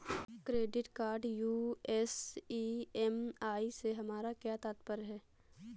Credit card US EMI से हमारा क्या तात्पर्य है?